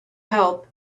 help